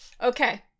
Okay